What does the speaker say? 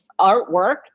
artwork